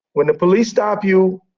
when the police stop you,